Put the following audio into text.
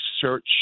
search